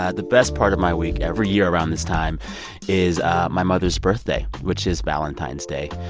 ah the best part of my week every year around this time is ah my mother's birthday, which is valentine's day.